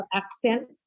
accent